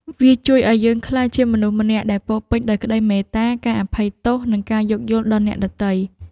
វាជួយឱ្យយើងក្លាយជាមនុស្សម្នាក់ដែលពោរពេញដោយក្ដីមេត្តា ការអភ័យទោស និងការយោគយល់ដល់អ្នកដទៃ។